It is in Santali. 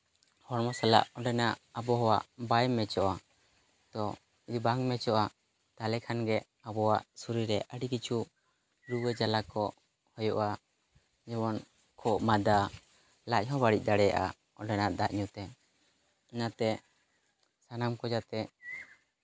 ᱦᱚᱲᱢᱚ ᱥᱟᱞᱟᱜ ᱚᱸᱰᱮᱱᱟᱜ ᱟᱵᱚᱦᱟᱣᱟ ᱵᱟᱭ ᱢᱮᱪᱚᱜᱼᱟ ᱛᱚ ᱵᱟᱝ ᱢᱮᱪᱚᱜᱼᱟ ᱛᱟᱦᱚᱞᱮ ᱠᱷᱟᱱ ᱜᱮ ᱟᱵᱚᱣᱟᱜ ᱥᱚᱨᱤᱨ ᱨᱮ ᱟᱹᱰᱤ ᱠᱤᱪᱷᱩ ᱨᱩᱣᱟᱹ ᱡᱟᱞᱟ ᱠᱚ ᱦᱩᱭᱩᱜᱼᱟ ᱡᱮᱢᱚᱱ ᱠᱷᱩᱜ ᱢᱟᱫᱟ ᱞᱟᱡ ᱦᱚᱸ ᱵᱟᱹᱲᱤᱡ ᱫᱟᱲᱮᱭᱟᱜᱼᱟ ᱚᱸᱰᱮᱱᱟᱜ ᱫᱟᱜ ᱧᱩ ᱛᱮ ᱚᱱᱟᱛᱮ ᱥᱟᱱᱟᱢ ᱠᱚ ᱡᱟᱛᱮ